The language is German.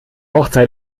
hochzeit